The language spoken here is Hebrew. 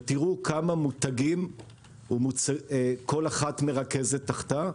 ותראו כמה מותגים כל אחת מרכזת תחתיה.